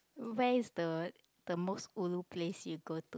where is the the most ulu place you go to